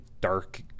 dark